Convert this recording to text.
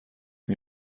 این